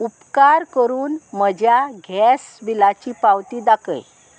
उपकार करून म्हज्या गॅस बिलाची पावती दाखय